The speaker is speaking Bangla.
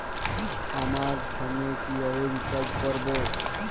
আমার ফোনে কিভাবে রিচার্জ করবো?